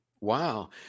Wow